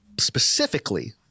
Specifically